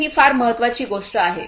तर ही फार महत्वाची गोष्ट आहे